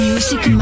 Music